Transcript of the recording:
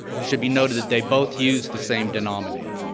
should be noted that they both use the same denominator,